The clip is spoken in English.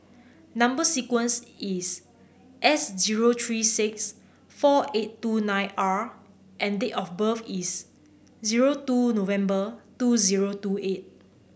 number sequence is S zero three six four eight two nine R and date of birth is zero two November two zero two eight